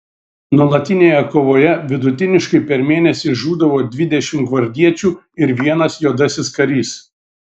nuolatinėje kovoje vidutiniškai per mėnesį žūdavo dvidešimt gvardiečių ir vienas juodasis karys